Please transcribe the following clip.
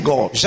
God